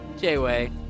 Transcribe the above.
J-Way